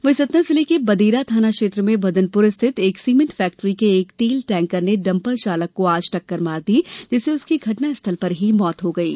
वही सतना जिले के बदेरा थाना क्षेत्र में भदनपुर स्थित एक सीमेंट फैक्ट्री के एक तेल टैंकर ने डंपर चालक को आज टक्कर मार दी जिससे उसकी घटना स्थल पर मौत हो गयी